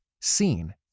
seen